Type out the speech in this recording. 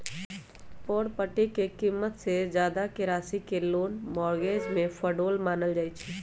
property के कीमत से जादा के राशि के लोन मोर्गज में फरौड मानल जाई छई